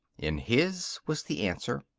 in his was the answer.